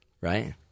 right